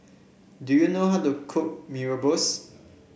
do you know how to cook Mee Rebus